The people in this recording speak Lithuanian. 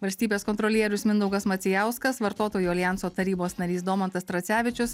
valstybės kontrolierius mindaugas macijauskas vartotojų aljanso tarybos narys domantas tracevičius